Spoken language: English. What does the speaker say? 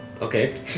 Okay